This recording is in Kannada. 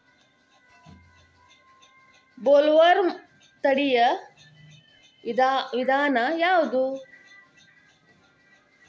ಬೊಲ್ವರ್ಮ್ ತಡಿಯು ವಿಧಾನ ಯಾವ್ದು?